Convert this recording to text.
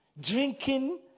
drinking